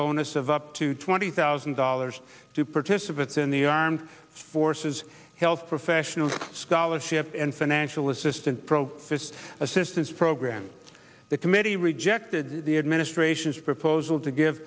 bonus of up to twenty thousand dollars to participate in the armed forces health professional scholarship and financial assistance program this assistance program the committee rejected the administration's proposal to give